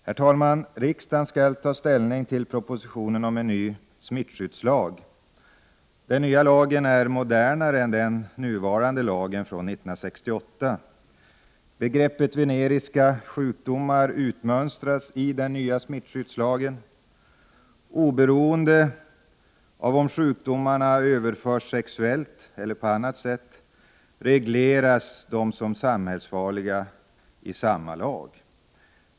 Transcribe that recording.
Herr talman! Riksdagen skall ta ställning till propositionen om en ny smittskyddslag. Den nya lagen är modernare än den nuvarande lagen från 1968. Begreppet veneriska sjukdomar har utmönstrats i den nya smittskyddslagen. Oberoende av om sjukdomarna överförs sexuellt eller på annat sätt regleras de som samhällsfarliga i samma lag.